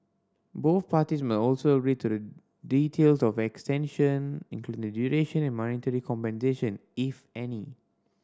both parties must also agree to the details of extension including the duration and monetary compensation if any